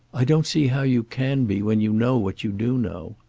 i don't see how you can be when you know what you do know.